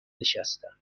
نشستم